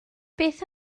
beth